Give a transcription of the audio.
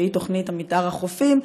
שהיא תוכנית מתאר החופים,